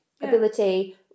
ability